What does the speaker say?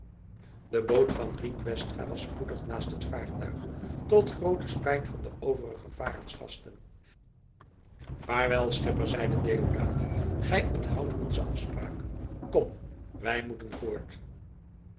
de boot van rienk westra was spoedig naast het vaartuig tot groote spijt van al de overige varensgasten vaarwel schipper zeide deodaat gij onthoudt onze afspraak kom wij moeten voort